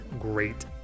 great